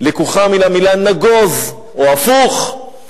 לקוחה מן המלה "נגוז", או הפוך.